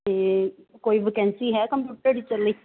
ਅਤੇ ਕੋਈ ਵੈਕੈਂਸੀ ਹੈ ਕੰਪਿਊਟਰ ਟੀਚਰ ਲਈ